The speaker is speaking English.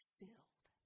filled